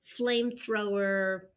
flamethrower